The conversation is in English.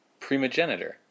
Primogenitor